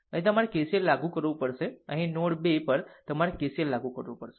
અહીં તમારે KCL લાગુ કરવું પડશે અને અહીં નોડ 2 પર તમારે KCL લાગુ કરવું પડશે